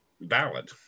valid